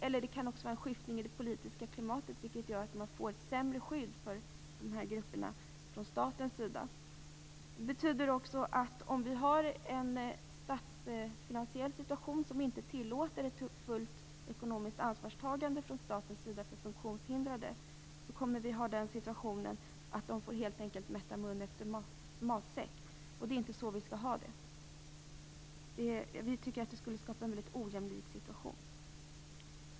Det kan också bli en skiftning i det politiska klimatet, vilket gör att det blir ett sämre skydd för dessa grupper från statens sida. Det betyder att om den statsfinansiella situationen inte tillåter ett fullt ekonomiskt ansvarstagande från staten för funktionshindrade kommer de helt enkelt att få rätta munnen efter matsäcken. Så skall vi inte ha det. Vi tycker att det skulle skapa en väldigt ojämlik situation.